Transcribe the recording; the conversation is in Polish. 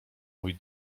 mój